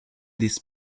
this